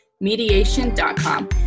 Mediation.com